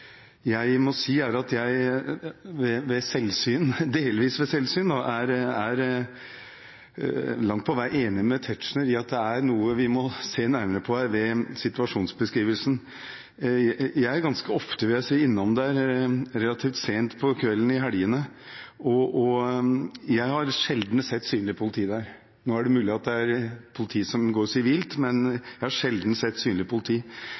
ved selvsyn – delvis ved selvsyn, da – langt på vei er enig med Tetzschner i at det er noe ved situasjonsbeskrivelsen vi må se nærmere på. Jeg er ganske ofte, vil jeg si, innom der relativt sent på kvelden i helgene, og jeg har sjelden sett synlig politi der. Nå er det mulig at det er sivilt politi der, men jeg har altså sjelden sett synlig politi.